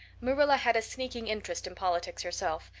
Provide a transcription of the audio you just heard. marilla had a sneaking interest in politics herself,